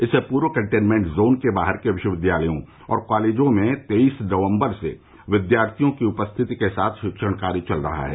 इससे पूर्व containment zone से बाहर के विश्वविद्यालयों और कॉलेजों में तेईस नवम्बर से विद्यार्थियों की उपस्थिति के साथ शिक्षण कार्य चल रहा है